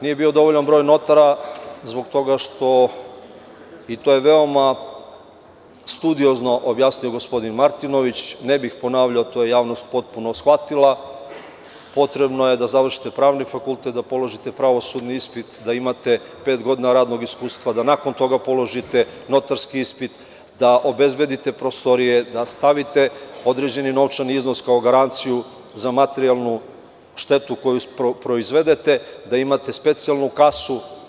Nije bio dovoljan broj notara zbog toga što je, i to je veoma studiozno objasnio gospodin Martinović, ne bih ponavljao, to je javnost shvatila, potrebno da završite pravni fakultet, da položite pravosudni ispit, da imate pet godina radnog iskustva, da nakon toga položite notarski ispit, da obezbedite prostorije, da stavite određeni novčani iznos kao garanciju za materijalnu štetu koju proizvedete, da imate specijalnu kasu.